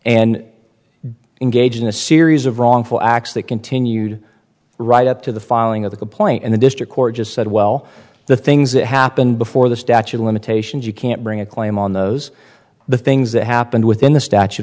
and engaged in a series of wrongful acts that continued right up to the filing of the point and the district court just said well the things that happened before the statute of limitations you can't bring a claim on those the things that happened within the statute